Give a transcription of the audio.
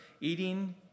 eating